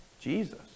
Jesus